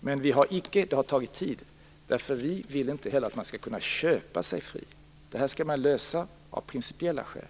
Men det har tagit tid, därför att vi vill inte att man skall kunna köpa sig fri, utan det skall finnas ett principiellt skäl.